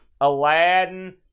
Aladdin